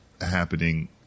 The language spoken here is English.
happening